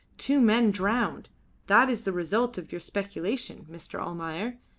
two men drowned that is the result of your speculation, mr. almayer.